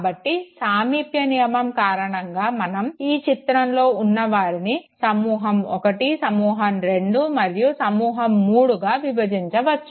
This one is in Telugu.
కాబట్టి సామీప్య నియమం కారణంగా మనం ఈ చిత్రంలో ఉన్నవారిని సమూహం 1 సమూహం 2 మరియు సమూహం 3గా విభజించవచ్చు